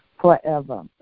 forever